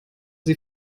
sie